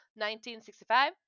1965